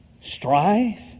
strife